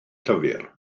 llyfr